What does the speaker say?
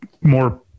more